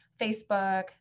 Facebook